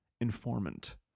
informant